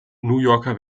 yorker